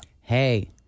Hey